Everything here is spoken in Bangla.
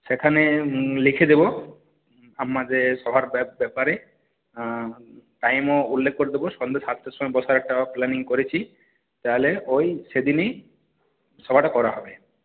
সেখানে লিখে দেবো আমাদের সভার ব্যপা ব্যপারে টাইমও উল্লেখ করে দেবো সন্ধ্যা সাতটার সময় বসার একটা প্ল্যানিং করেছি তাহলে ওই সেদিনই সভাটা করা হবে